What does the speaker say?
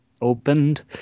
opened